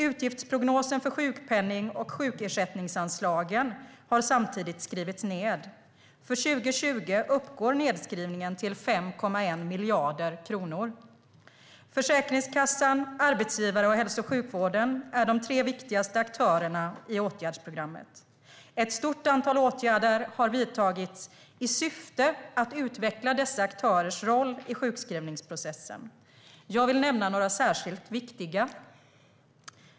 Utgiftsprognosen för sjukpenning och sjukersättningsanslagen har samtidigt skrivits ned. För 2020 uppgår nedskrivningen till 5,1 miljarder kronor. Försäkringskassan, arbetsgivare och hälso och sjukvården är de tre viktigaste aktörerna i åtgärdsprogrammet. Ett stort antal åtgärder har vidtagits i syfte att utveckla dessa aktörers roll i sjukskrivningsprocessen. Jag vill nämna några särskilt viktiga.